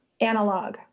analog